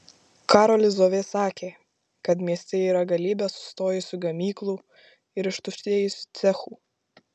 karolis zovė sakė kad mieste yra galybė sustojusių gamyklų ir ištuštėjusių cechų